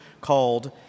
called